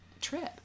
trip